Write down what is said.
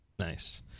Nice